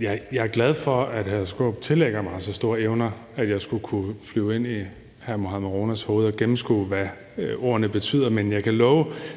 Jeg er glad for, at hr. Peter Skaarup tillægger mig så store evner, at jeg skulle kunne flyve ind i hr. Mohammad Ronas hoved og gennemskue, hvad ordene betyder.